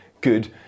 good